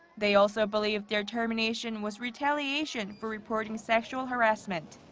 they also believe their termination was retaliation for reporting sexual harassment.